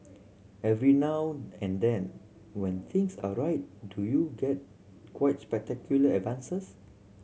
every now and then when things are right do you get quite spectacular advances